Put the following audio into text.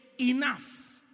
enough